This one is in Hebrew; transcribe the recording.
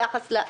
ביחס לכל השאר,